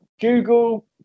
Google